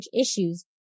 issues